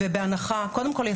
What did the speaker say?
קודם כול,